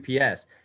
UPS